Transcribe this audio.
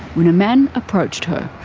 when a man approached her.